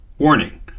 Warning